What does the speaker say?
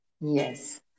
yes